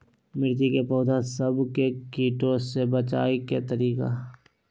मिर्ची के पौधा सब के कीड़ा से बचाय के तरीका?